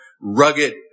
rugged